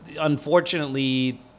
unfortunately